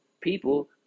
people